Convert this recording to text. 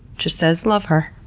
just says love her!